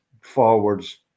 forwards